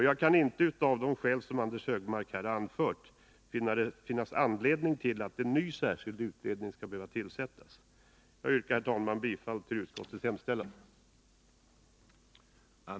Jag kan inte av de skäl som Anders Högmark här har anfört finna anledning att man skall tillsätta en ny särskild utredning. Jag yrkar, herr talman, bifall till utskottets hemställan.